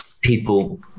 people